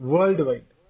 Worldwide